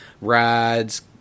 rides